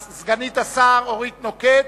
סגנית השר אורית נוקד,